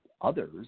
others